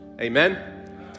amen